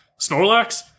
Snorlax